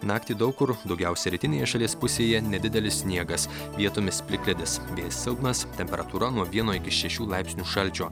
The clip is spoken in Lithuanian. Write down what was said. naktį daug kur daugiausia rytinėje šalies pusėje nedidelis sniegas vietomis plikledis vėjas silpnas temperatūra nuo vieno iki šešių laipsnių šalčio